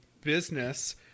business